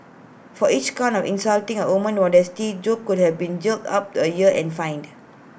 for each count of insulting A woman's modesty Jo could have been jailed up to A year and fined